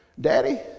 Daddy